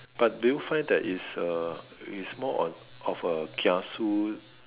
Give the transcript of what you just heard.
but do you find that is uh is more on of a kiasu